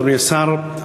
אדוני השר,